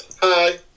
Hi